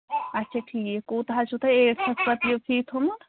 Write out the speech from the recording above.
اَچھا ٹھیٖک کوٗت حظ چھُو تۄہہِ ایٚٹتھس پٮ۪ٹھ یہِ فی تھوٚومُت